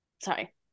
Sorry